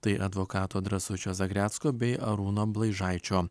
tai advokato drąsučio zagrecko bei arūno blaižaičio